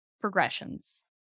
progressions